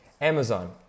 Amazon